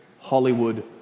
Hollywood